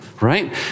right